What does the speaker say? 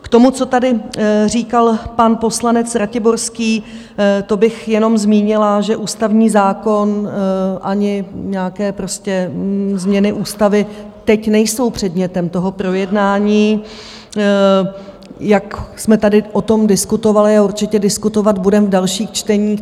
K tomu, co tady říkal pan poslanec Ratiborský, to bych jenom zmínila, že ústavní zákon ani nějaké změny ústavy teď nejsou předmětem toho projednání, jak jsme tady o tom diskutovali a určitě diskutovat budeme v dalších čteních.